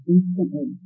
Instantly